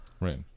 Right